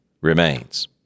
remains